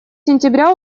сентября